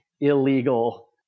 illegal